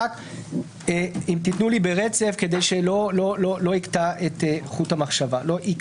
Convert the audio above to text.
אם תיתנו לי ברצף כדי שלא ייקטע לי חוט המחשבה.